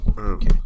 Okay